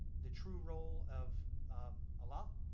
the true role of of allah.